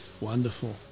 Wonderful